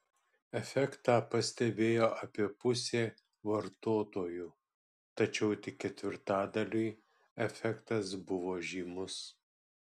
efektą pastebėjo apie pusė vartotojų tačiau tik ketvirtadaliui efektas buvo žymus